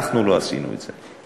אנחנו לא עשינו את זה.